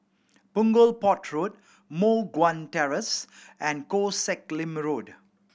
Punggol Port Road Moh Guan Terrace and Koh Sek Lim Road